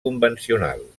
convencional